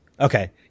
okay